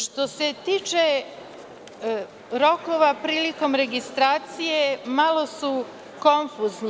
Što se tiče rokova prilikom registracije, malo su konfuzni.